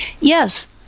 Yes